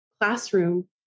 classroom